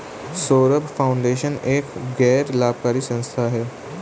Saurabh Foundation एक गैर लाभकारी संस्था है